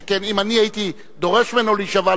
שכן אם אני הייתי דורש ממנו להישבע,